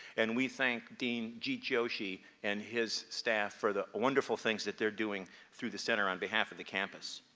and we thank dean jeet joshee and his staff for the wonderful things that they're doing through the center on behalf of the campus.